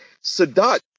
sadat